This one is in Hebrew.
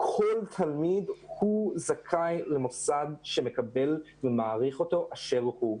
וכל תלמיד זכאי למוסד שמקבל ומעריך אותו כמו שהוא,